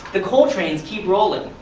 the coal trains keep rolling.